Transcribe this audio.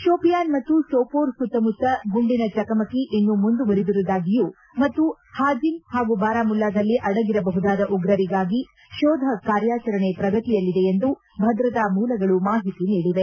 ಶೋಪಿಯಾನ್ ಮತ್ತು ಸೋಪೋರ್ ಸುತ್ತಮುತ್ತ ಗುಂಡಿನ ಚಕಮಕಿ ಇನ್ನೂ ಮುಂದುವರಿದಿರುವುದಾಗಿಯೂ ಮತ್ತು ಹಾಜಿನ್ ಮತ್ತು ಬಾರಾಮುಲ್ಲಾದಲ್ಲಿ ಅಡಗಿರಬಹುದಾದ ಉಗ್ರರಿಗಾಗಿ ಶೋಧ ಕಾರ್ಯಾಚರಣೆ ಪ್ರಗತಿಯಲ್ಲಿದೆ ಎಂದು ಭದ್ರತಾ ಮೂಲಗಳು ಮಾಹಿತಿ ನೀಡಿವೆ